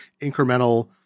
incremental